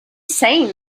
saying